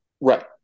right